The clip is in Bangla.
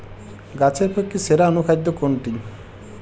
গাছের পক্ষে সেরা অনুখাদ্য কোনটি?